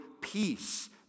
peace